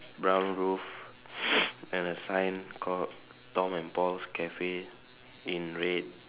brown roof and a sign called Tom and Paul's Cafe in red